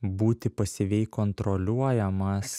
būti pasyviai kontroliuojamas